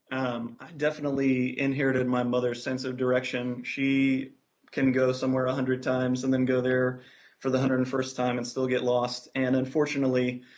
um i definitely inherited my mother's sense of direction. she can go somewhere a hundred times and then go there for the one hundred and first time and still get lost, and unfortunately,